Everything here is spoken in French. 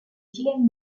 dilemme